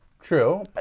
true